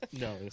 No